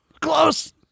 Close